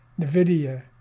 NVIDIA